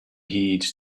heed